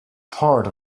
part